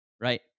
right